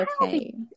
okay